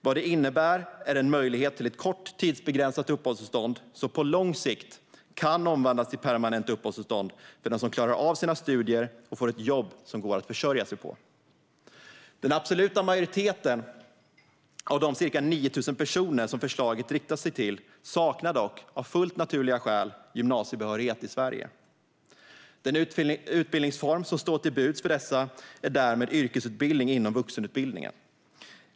Vad det innebär är en möjlighet till ett kort, tidsbegränsat uppehållstillstånd som på lång sikt kan omvandlas till ett permanent uppehållstillstånd för den som klarar av sina studier och får ett jobb som går att försörja sig på. Den absoluta majoriteten av de ca 9 000 personer som förslaget riktar sig till saknar dock, av fullt naturliga skäl, gymnasiebehörighet i Sverige. Den utbildningsform som står till buds för dessa är därmed yrkesutbildning inom vuxenutbildningen.